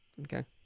Okay